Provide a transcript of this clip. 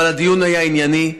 אבל הדיון היה ענייני,